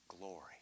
glory